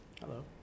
hello